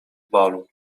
balu